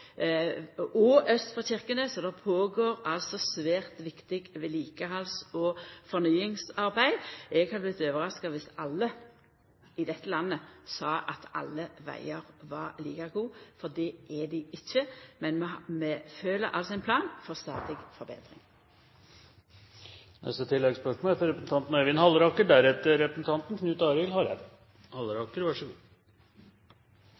og aust for Kirkenes. Det skjer altså svært viktig vedlikehalds- og fornyingsarbeid. Eg hadde vorte overraska dersom alle i dette landet sa at alle vegar var like gode, for det er dei ikkje. Men vi følgjer altså ein plan for stadig forbetring. Til